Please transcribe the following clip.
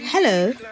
Hello